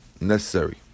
necessary